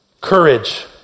Courage